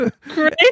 great